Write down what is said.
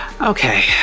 Okay